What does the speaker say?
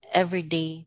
everyday